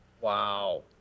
Wow